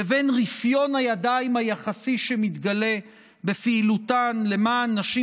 לבין רפיון הידיים היחסי שמתגלה בפעילותם למען נשים